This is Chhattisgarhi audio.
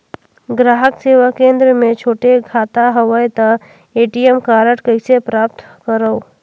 ग्राहक सेवा केंद्र मे छोटे खाता हवय त ए.टी.एम कारड कइसे प्राप्त करव?